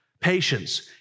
patience